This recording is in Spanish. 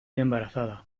embarazada